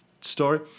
story